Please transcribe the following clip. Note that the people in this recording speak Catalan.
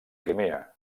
crimea